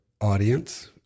audience